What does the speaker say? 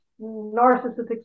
narcissistic